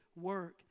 work